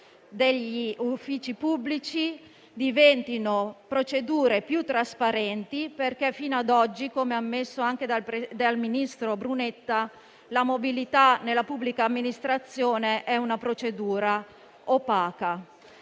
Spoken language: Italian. degli uffici pubblici - diventino più trasparenti. Infatti, fino ad oggi, come ammesso anche dal ministro Brunetta, la mobilità nella pubblica amministrazione è una procedura opaca.